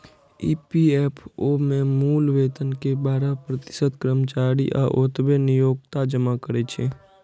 EPFO मे मूल वेतन के बारह प्रतिशत कर्मचारी आ ओतबे नियोक्ता जमा करै छै